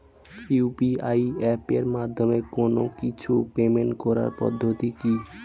UPI এপের মাধ্যমে কোন কিছুর পেমেন্ট করার পদ্ধতি কি?